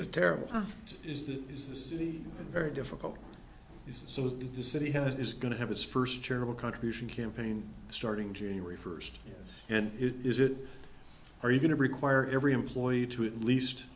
and very difficult so the city has is going to have its first charitable contribution campaign starting january first and it is it are you going to require every employee to at least